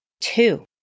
Two